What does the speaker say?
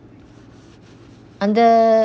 under